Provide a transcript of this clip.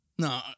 No